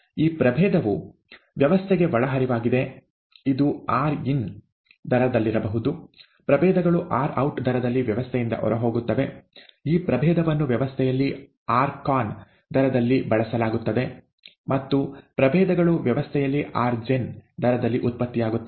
ಈ ಪ್ರಭೇದವು ವ್ಯವಸ್ಥೆಗೆ ಒಳಹರಿವಾಗಿದೆ ಇದು rin ದರದಲ್ಲಿರಬಹುದು ಪ್ರಭೇದಗಳು rout ದರದಲ್ಲಿ ವ್ಯವಸ್ಥೆಯಿಂದ ಹೊರಹೋಗುತ್ತವೆ ಈ ಪ್ರಭೇದವನ್ನು ವ್ಯವಸ್ಥೆಯಲ್ಲಿ rcon ದರದಲ್ಲಿ ಬಳಸಲಾಗುತ್ತದೆ ಮತ್ತು ಪ್ರಭೇದಗಳು ವ್ಯವಸ್ಥೆಯಲ್ಲಿ rgen ದರದಲ್ಲಿ ಉತ್ಪತ್ತಿಯಾಗುತ್ತವೆ